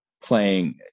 playing